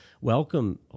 welcome